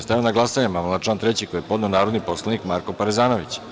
Stavljam na glasanje amandman na član 3. koji je podneo narodni poslanik Marko Parezanović.